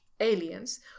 aliens